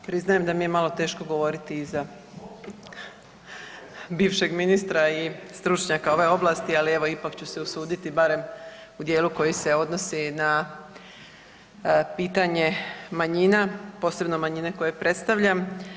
Priznajem da mi je malo teško govoriti iza bivšeg ministra i stručnjaka ove oblasti, ali evo ipak ću se usuditi barem u dijelu koji se odnosi na pitanje manjina, posebno manjine koje predstavljam.